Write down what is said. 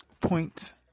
point